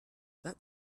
that